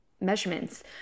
measurements